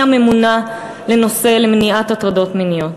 הממונה לנושא למניעת הטרדות מיניות.